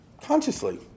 consciously